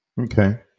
Okay